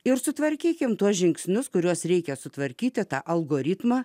ir sutvarkykime tuos žingsnius kuriuos reikia sutvarkyti tą algoritmą